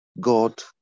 God